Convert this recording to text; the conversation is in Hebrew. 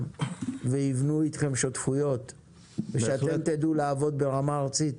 ויבנו איתכם שותפויות ושאתם תדעו לעבוד ברמה הארצית.